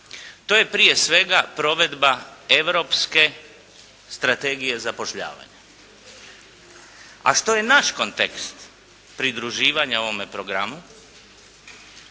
To je prije svega provedba Europske strategije zapošljavanja. A što je naš kontekst pridruživanja ovome programu?